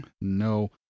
No